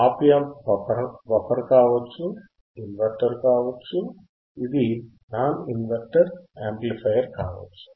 ఆప్ amp buffer కావచ్చు inverter కావచ్చు ఇది నాన్ ఇన్వర్టర్ యాంప్లిఫైయర్ కావచ్చు